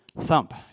thump